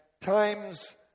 times